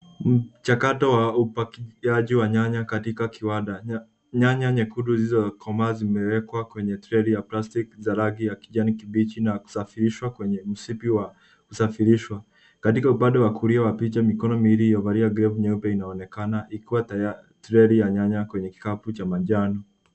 Mchakato wa upakiaji wa nyanya katika kiwanda. Nyanya nyekundu zizokoma zimewekwa kwenye treli ya plastiki za rangi ya kijani kibichi na kusafirishwa kwenye msibi wa kusafirishwa. Katika upande wa kulia wa picha mikono miwili yaliovalia glovu nyeupe inaonekana ikiwa treli ya nyanya kwenye kikabu cha manjano.